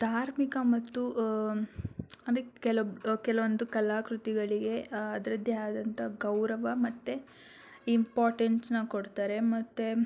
ಧಾರ್ಮಿಕ ಮತ್ತು ಅಂದರೆ ಕೆಲಬ್ ಕೆಲವೊಂದು ಕಲಾಕೃತಿಗಳಿಗೆ ಅದರದ್ದೆ ಆದಂಥ ಗೌರವ ಮತ್ತು ಇಂಪಾರ್ಟೆನ್ಸನ್ನ ಕೊಡ್ತಾರೆ ಮತ್ತು